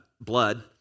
blood